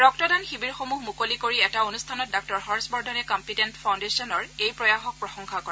ৰক্তদান শিৱিৰসমূহ মুকলি কৰি এটা অনুষ্ঠানত ডাঃ হৰ্ষবৰ্ধনে কম্পিটেণ্ট ফাউণ্ডেচনৰ এই প্ৰয়াসক প্ৰশংসা কৰে